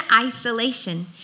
isolation